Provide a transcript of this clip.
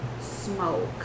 smoke